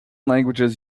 languages